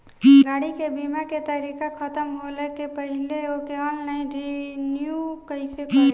गाड़ी के बीमा के तारीक ख़तम होला के पहिले ओके ऑनलाइन रिन्यू कईसे करेम?